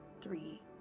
three